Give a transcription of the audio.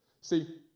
See